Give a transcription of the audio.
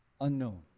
unknown